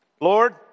Lord